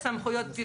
זה לפחות חצי שנה